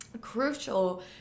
crucial